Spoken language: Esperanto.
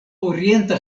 orienta